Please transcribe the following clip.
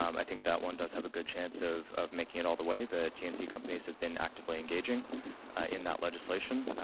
um i think that one does have a good chance of of making it all the way. the tnc companies have been actively engaging in that legislation.